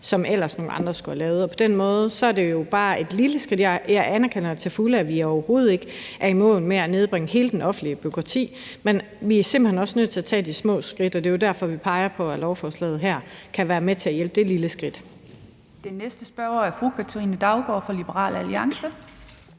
som andre ellers skulle have lavet. På den måde er det jo bare et lille skridt. Jeg anerkender til fulde, at vi overhovedet ikke er i mål med at nedbringe alt det offentlige bureaukrati, men vi er simpelt hen også nødt til at tage de små skridt, og det er derfor, vi peger på, at lovforslaget her kan være med til at hjælpe ved at tage et lille skridt. Kl. 09:08 Den fg. formand (Theresa